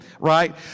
right